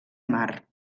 mar